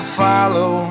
follow